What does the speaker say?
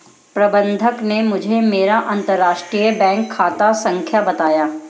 प्रबन्धक ने मुझें मेरा अंतरराष्ट्रीय बैंक खाता संख्या बताया